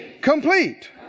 complete